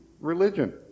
religion